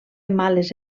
males